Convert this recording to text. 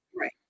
Right